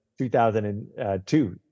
2002